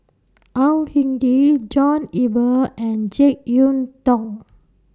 Au Hing Yee John Eber and Jek Yeun Thong